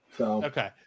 Okay